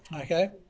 Okay